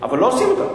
אבל לא עושים אותן,